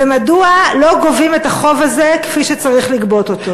מדוע לא גובים את החוב הזה, כפי שצריך לגבות אותו?